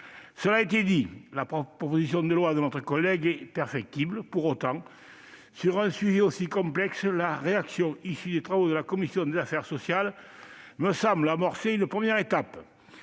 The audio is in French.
Cela a été dit : cette proposition de loi est perfectible. Pour autant, sur un sujet aussi complexe, la rédaction issue des travaux de la commission des affaires sociales me semble amorcer une première étape.